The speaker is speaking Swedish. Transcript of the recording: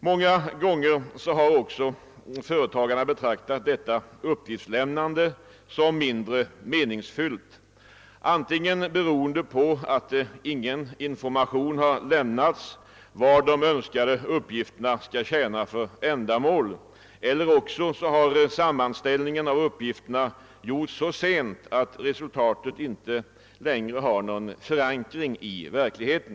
Många gånger bar också företagarna betraktat detta uppgiftslämnande som mindre meningsfyllt, beroende antingen på att ingen information lämnats om vad. de önskade uppgifterna skall tjäna för ändamål eller på att sammanställ ningen av uppgifterna gjorts så sent att resultatet inte längre har någon förankring i verkligheten.